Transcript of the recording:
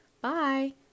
Bye